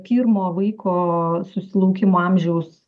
pirmo vaiko susilaukimo amžiaus